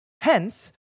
Hence